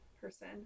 person